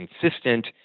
consistent